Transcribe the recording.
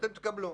אתם תקבלו.